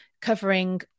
covering